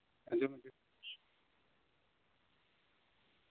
ᱟᱸᱡᱚᱢᱮᱫ ᱠᱟᱱ ᱜᱤᱭᱟᱹᱧ